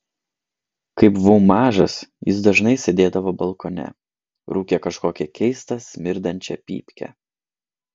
kai buvau mažas jis dažnai sėdėdavo balkone rūkė kažkokią keistą smirdinčią pypkę